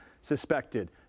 suspected